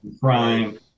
crime